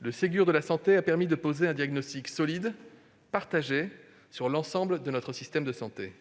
le Ségur de la santé a permis de dresser un diagnostic solide et partagé de l'ensemble de notre système de santé.